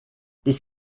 this